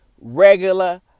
regular